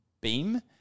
beam